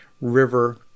River